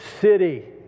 city